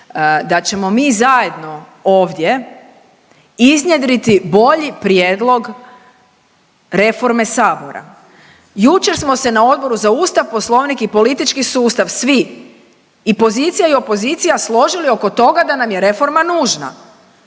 da ćemo mi zajedno ovdje iznjedriti bolji prijedlog reforme Sabora. Jučer smo se na Odboru za Ustav, Poslovnik i politički sustav svi, i pozicija i opozicija složili oko toga da nam je reforma nužna,